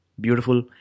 beautiful